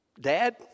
Dad